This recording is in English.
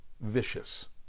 Vicious